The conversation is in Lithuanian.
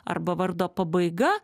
arba vardo pabaiga